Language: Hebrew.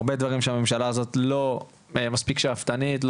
הרבה דברים שהממשלה הזאת לא מספיק שאפתנית,